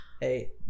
Hey